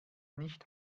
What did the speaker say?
nicht